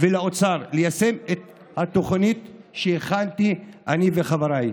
ולאוצר ליישם את התוכנית שהכנו אני וחבריי.